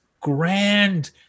grand